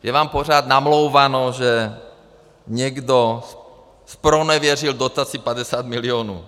Je vám pořád namlouváno, že někdo zpronevěřil dotaci 50 milionů.